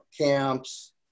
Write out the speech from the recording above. camps